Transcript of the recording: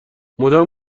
مدام